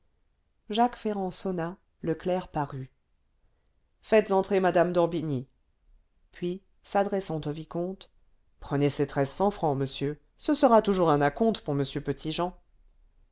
jacques ferrand sonna le clerc parut faites entrer mme d'orbigny puis s'adressant au vicomte prenez ces treize cent francs monsieur ce sera toujours un à-compte pour m petit-jean